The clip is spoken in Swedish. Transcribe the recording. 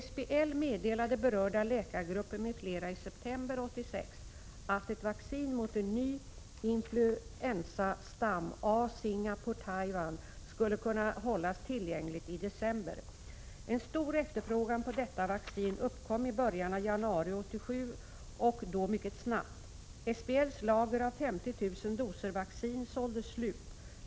SBL meddelade berörda läkargrupper m.fl. i september 1986 att ett vaccin mot en ny influensastam, A Taiwan, skulle kunna hållas tillgängligt i december. En stor efterfrågan på detta vaccin uppkom i början av januari 1987 och då mycket snabbt. SBL:s lager av 50 000 doser vaccin såldes slut.